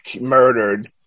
murdered